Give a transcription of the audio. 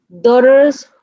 Daughters